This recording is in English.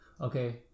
okay